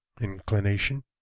inclination